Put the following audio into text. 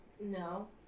No